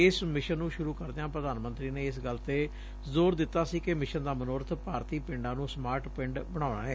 ਇਸ ਮਿਸ਼ਨ ਨੂੰ ਸੁਰੁ ਕਰਦਿਆਂ ਪ੍ਧਾਨ ਮੰਤਰੀ ਨੇ ਇਸ ਗੱਲ ਤੇ ਜ਼ੋਰ ਦਿੱਤਾ ਸੀ ਕਿ ਮਿਸ਼ਨ ਦਾ ਮਨੋਰਥ ਭਾਰਤੀ ਪਿੰਡਾਂ ਨੁੰ ਸਮਾਰਟ ਪਿੰਡ ਬਣਾਉਣਾ ਏ